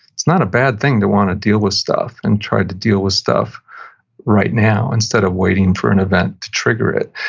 it's not a bad thing to want to deal with stuff, and try to deal with stuff right now instead of waiting for an event to trigger it.